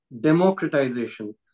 democratization